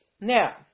Now